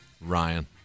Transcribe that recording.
Ryan